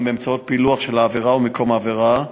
באמצעות פילוח של העבירה ומקום העבירה.